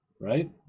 Right